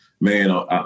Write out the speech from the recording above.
man